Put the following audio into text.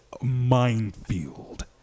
minefield